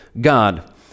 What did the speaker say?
God